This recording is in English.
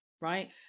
right